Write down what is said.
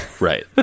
Right